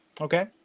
Okay